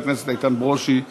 חבר הכנסת איתן ברושי באולם.